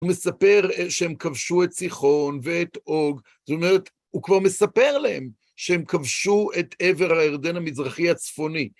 הוא מספר שהם כבשו את סיחון ואת עוג, זאת אומרת, הוא כבר מספר להם שהם כבשו את עבר הירדן המזרחי הצפוני.